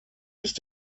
ist